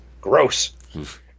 Gross